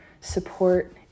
support